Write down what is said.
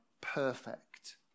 perfect